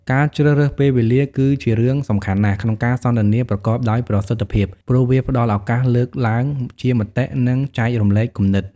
ការជ្រើសរើសពេលវេលាគឺជារឿងសំខាន់ណាស់ក្នុងការសន្ទនាប្រកបដោយប្រសិទ្ធភាព ព្រោះវាផ្តល់ឱកាសលើកឡើងជាមតិ និងចែករំលែកគំនិត។